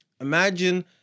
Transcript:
Imagine